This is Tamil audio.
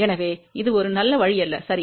எனவே இது ஒரு நல்ல வழி அல்ல சரி